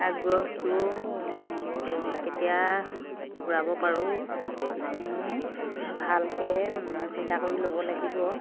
আগ্ৰহটো কেতিয়া পূৰাব পাৰোঁ সেইখিনি ভালকৈ চিন্তা কৰি ল'ব লাগিব